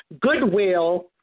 goodwill